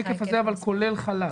השקף הזה כולל חל"ת?